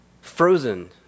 frozen